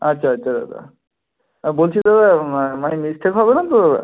আচ্ছা আচ্ছা দাদা আর বলছি যে দাদা মানে মিসটেক হবে না তো